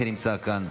שנמצא כאן.